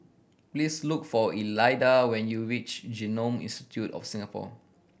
please look for Elida when you reach Genome Institute of Singapore